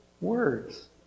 words